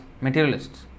materialists